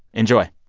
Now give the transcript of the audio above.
enjoy